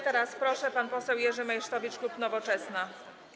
Teraz proszę, pan poseł Jerzy Meysztowicz, klub Nowoczesna.